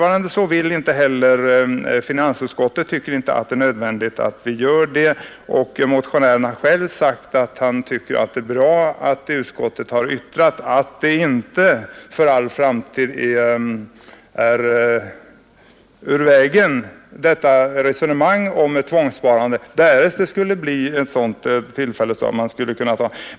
Finansutskottet anser att det inte heller för närvarande är nödvändigt med en utredning. Motionären har själv sagt att han finner det värdefullt att utskottet uttalat, att ett tvångssparande kan bli aktuellt i framtiden i ett speciellt ekonomiskt läge.